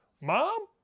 Mom